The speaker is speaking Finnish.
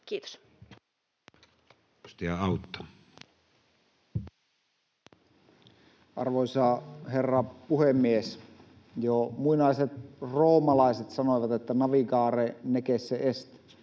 Autto. Arvoisa herra puhemies! Jo muinaiset roomalaiset sanoivat, että navigare necesse est,